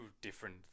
different